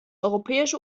europäische